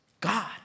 God